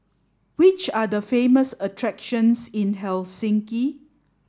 which are the famous attractions in Helsinki